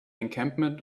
encampment